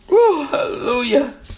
Hallelujah